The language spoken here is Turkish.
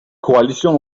koalisyon